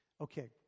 Okay